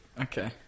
okay